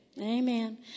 Amen